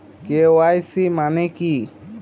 KYC মানে কী?